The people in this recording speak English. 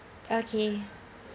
okay